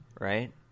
right